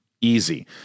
Easy